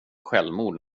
självmord